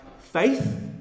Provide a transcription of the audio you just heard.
faith